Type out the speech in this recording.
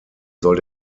soll